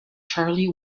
charlie